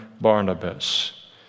Barnabas